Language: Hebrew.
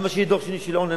למה שיהיה דור שני של עוני?